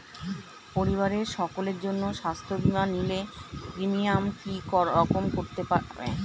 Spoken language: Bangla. পরিবারের সকলের জন্য স্বাস্থ্য বীমা নিলে প্রিমিয়াম কি রকম করতে পারে?